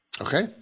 Okay